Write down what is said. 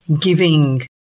Giving